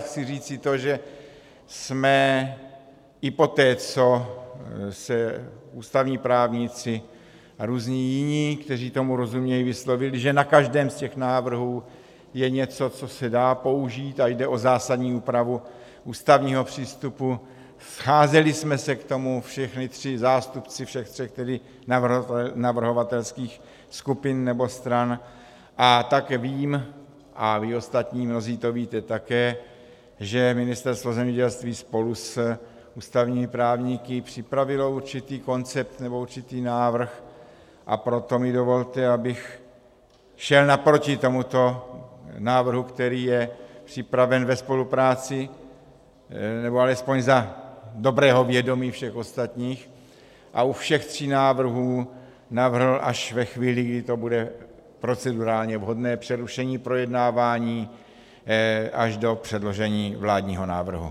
Chci říci to, že jsme se i poté, co se ústavní právníci a různí jiní, kteří tomu rozumějí, vyslovili, že na každém z těch návrhů je něco, co se dá použít, a jde o zásadní úpravu ústavního přístupu, scházeli jsme se k tomu zástupci všech tří navrhovatelských skupin nebo stran, a tak vím, a vy ostatní mnozí to víte také, že Ministerstvo zemědělství spolu s ústavními právníky připravilo určitý koncept, nebo určitý návrh, a proto mi dovolte, abych šel naproti tomuto návrhu, který je připraven ve spolupráci, nebo alespoň za dobrého vědomí všech ostatních, a u všech tří návrhů navrhl až ve chvíli, kdy to bude procedurálně vhodné, přerušení projednávání až do předložení vládního návrhu.